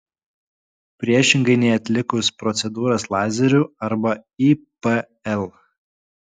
priešingai nei atlikus procedūras lazeriu arba ipl